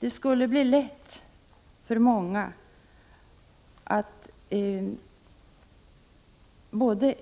Det skulle bli lättillgängligt för många, både